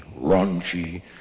raunchy